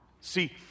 See